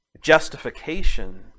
justification